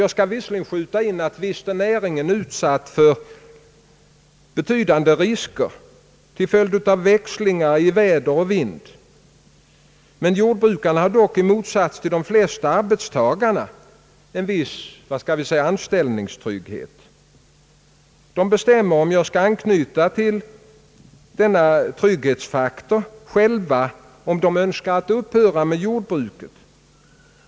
Jag kan visserligen skjuta in att näringen visst är utsatt för betydande risker till följd av växlingar i väder och vind, men jordbrukarna har dock i motsats till de flesta arbetstagarna vad man kan kalla för anställningstrygghet. De bestämmer — om jag skall anknyta till trivselfaktorn — själva om de skall upphöra med jordbruket.